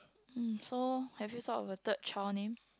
um so have you thought of a third child name